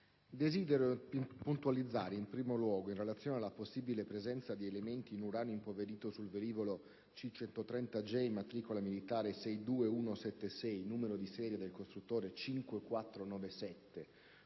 Desidero puntualizzare, in primo luogo, in relazione alla possibile presenza di elementi in uranio impoverito nel velivolo C-130J matricola militare 62176 - numero di serie del costruttore 5497